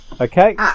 Okay